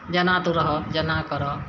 जेना तू रहऽ जेना करऽ